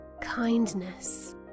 Kindness